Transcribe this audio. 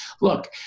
Look